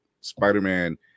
Spider-Man